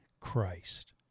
Christ